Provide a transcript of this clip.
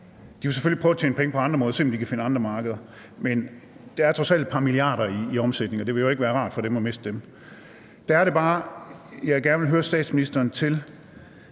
de vil selvfølgelig prøve at tjene penge på andre måder og se, om de kan finde andre markeder, men det er trods alt et par milliarder i omsætning, og det ville jo ikke være rart for dem at miste dem – så er det bare, at jeg gerne vil høre statsministeren,